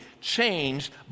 changed